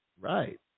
Right